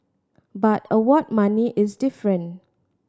but award money is different